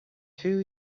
too